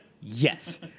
yes